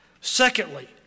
Secondly